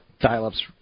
Dial-Ups